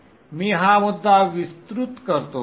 मी हा मुद्दा विस्तृत करतो